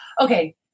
Okay